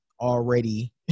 already